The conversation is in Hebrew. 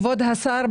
כבוד השר,